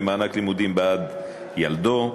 למענק לימודים בעד ילדו.